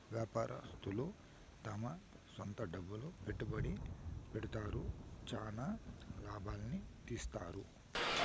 వ్యాపారస్తులు తమ సొంత డబ్బులు పెట్టుబడి పెడతారు, చానా లాభాల్ని తీత్తారు